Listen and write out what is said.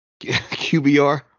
QBR